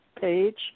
page